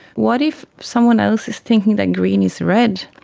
what if someone else is thinking that green is red?